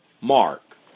Mark